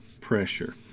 pressure